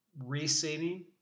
reseeding